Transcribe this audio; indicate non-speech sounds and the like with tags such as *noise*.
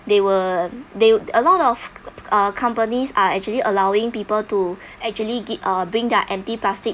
they were they a lot of uh companies are actually allowing people to *breath* actually gi~ uh bring their empty plastic